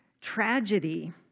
tragedy